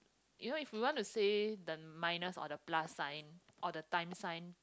you know if you want to say the minus or the plus sign or the times sign